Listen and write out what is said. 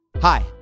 Hi